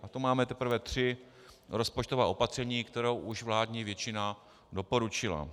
A to máme teprve tři rozpočtová opatření, která už vládní většina doporučila.